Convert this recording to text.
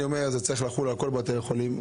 זה צריך לחול על כל בתי החולים,